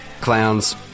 clowns